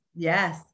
Yes